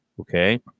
okay